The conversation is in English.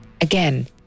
Again